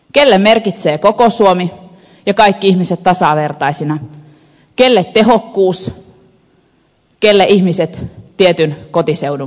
kenelle merkitsee koko suomi ja kaikki ihmiset tasavertaisina kenelle tehokkuus kenelle ihmiset tietyn kotiseudun perusteella